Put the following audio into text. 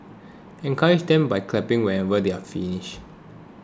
encourage them by clapping whenever they finish